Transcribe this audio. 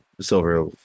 silver